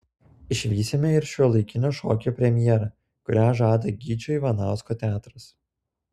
išvysime ir šiuolaikinio šokio premjerą kurią žada gyčio ivanausko teatras